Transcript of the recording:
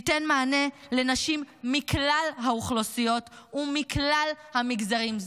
תיתן מענה לנשים מכלל האוכלוסיות ומכלל המגזרים.